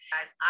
Guys